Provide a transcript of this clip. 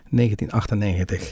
1998